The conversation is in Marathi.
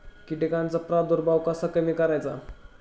कीटकांचा प्रादुर्भाव कसा कमी करायचा?